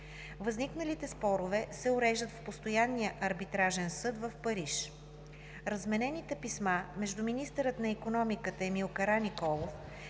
Възникналите спорове се уреждат в Постоянния арбитражен съд в Париж. Разменените писма между министъра на икономиката Емил Караниколов